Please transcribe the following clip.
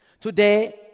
Today